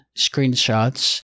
Screenshots